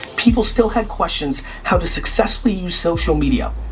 people still had questions how to successfully use social media,